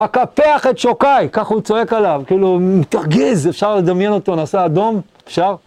אקפח את שוקיי, כך הוא צועק עליו, כאילו מתרגז, אפשר לדמיין אותו, נעשה אדום? אפשר?